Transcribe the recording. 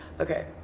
Okay